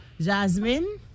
Jasmine